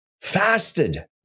fasted